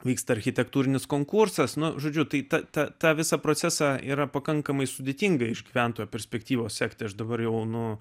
vyksta architektūrinis konkursas na žodžiu tai ta ta ta visą procesą yra pakankamai sudėtinga iš gyventojo perspektyvos sekti aš dabar jau nu